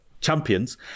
champions